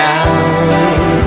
Down